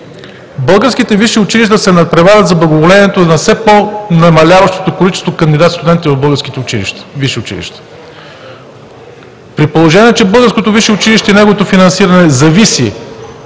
Българските висши училища се надпреварват за благоволението на все по-намаляващото количество кандидат студенти в българските висши училища. При положение че българското висше училище и неговото финансиране зависи